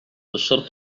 الشرطة